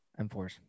M4s